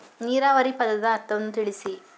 ನೀರಾವರಿ ಪದದ ಅರ್ಥವನ್ನು ತಿಳಿಸಿ?